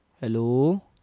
Hello